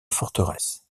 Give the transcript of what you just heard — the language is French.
forteresse